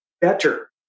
better